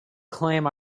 claim